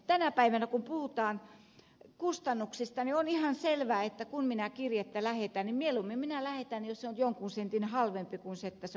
tänä päivänä kun puhutaan kustannuksista niin on ihan selvää että kun minä kirjettä lähetän niin mieluummin minä lähetän jos se on jonkun sentin halvempi kuin jos se on kalliimpi